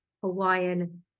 hawaiian